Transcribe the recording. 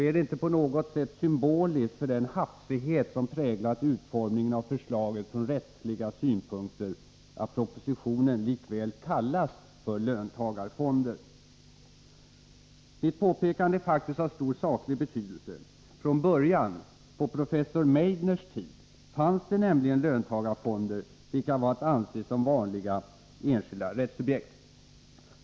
Är det inte på något sätt symboliskt för den hafsighet som präglat utformningen av förslaget från rättsliga synpunkter att det propositionen föreslår likväl kallas löntagarfonder? Mitt påpekande är faktiskt av stor saklig betydelse. Från början — på professor Meidners tid — fanns det nämligen löntagarfonder, vilka var att anse som vanliga enskilda rättssubjekt.